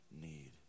need